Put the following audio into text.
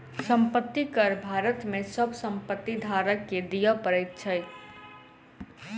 संपत्ति कर भारत में सभ संपत्ति धारक के दिअ पड़ैत अछि